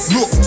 Look